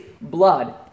blood